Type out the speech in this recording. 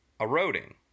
eroding